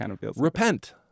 repent